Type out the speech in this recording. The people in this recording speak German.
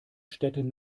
städten